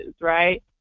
right